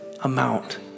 amount